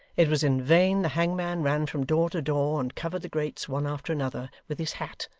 it was in vain the hangman ran from door to door, and covered the grates, one after another, with his hat,